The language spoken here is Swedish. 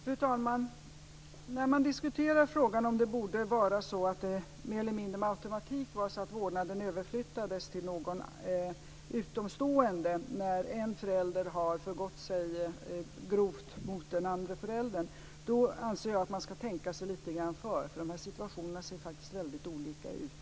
Fru talman! När man diskuterar frågan om det borde vara så att vårdnaden mer eller mindre med automatik överflyttades till någon utomstående när en förälder har förgått sig grovt mot den andra föräldern anser jag att man ska tänka sig för lite grann, för de här situationerna ser faktiskt väldigt olika ut.